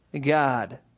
God